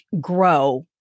grow